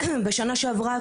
בשנה שעברה,